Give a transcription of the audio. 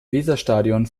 weserstadion